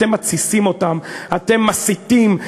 אתם מתסיסים אותם, אתם מסיתים.